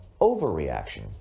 overreaction